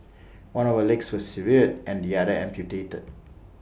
one of her legs was severed and the other amputated